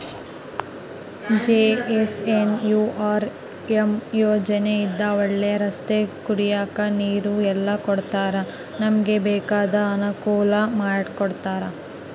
JNNURM ಯೋಜನೆ ಇಂದ ಒಳ್ಳೆ ರಸ್ತೆ ಕುಡಿಯಕ್ ನೀರು ಎಲ್ಲ ಕೊಡ್ತಾರ ನಮ್ಗೆ ಬೇಕಾದ ಅನುಕೂಲ ಮಾಡಿಕೊಡ್ತರ